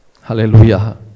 Hallelujah